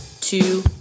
two